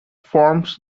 forms